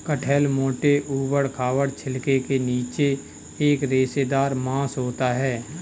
कटहल मोटे, ऊबड़ खाबड़ छिलके के नीचे एक रेशेदार मांस होता है